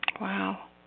Wow